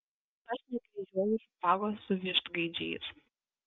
aš nekryžiuoju špagos su vištgaidžiais